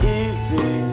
easy